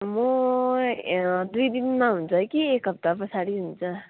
म ए दुई दिनमा हुन्छ कि एक हप्ता पछाडि हुन्छ